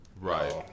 right